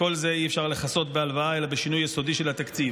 את כל זה אי-אפשר לכסות בהלוואה אלא בשינוי יסודי של התקציב.